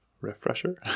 refresher